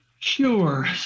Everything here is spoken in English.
Sure